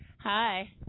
Hi